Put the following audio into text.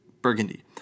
Burgundy